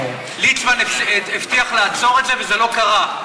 ליצמן הבטיח לעצור את זה וזה לא קרה.